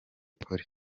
polly